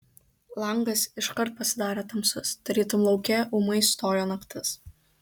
langas iškart pasidarė tamsus tarytum lauke ūmai stojo naktis